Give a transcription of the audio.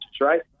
right